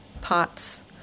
pots